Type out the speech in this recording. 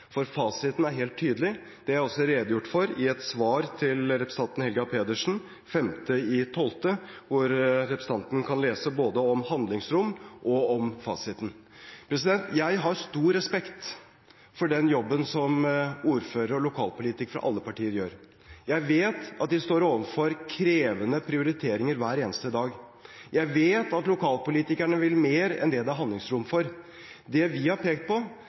for fasiten er helt tydelig. Det er også redegjort for i et svar til representanten Helga Pedersen 5. desember, hvor representanten kan lese både om handlingsrom og om fasiten. Jeg har stor respekt for den jobben som ordførere og lokalpolitikere fra alle partier gjør. Jeg vet at de står overfor krevende prioriteringer hver eneste dag. Jeg vet at lokalpolitikerne vil mer enn det det er handlingsrom for. Det vi har pekt på,